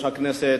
ליושב-ראש הכנסת,